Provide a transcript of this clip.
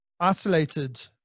isolated